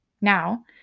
Now